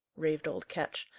raved old ketch,